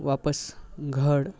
वापस घर